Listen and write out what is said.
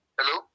Hello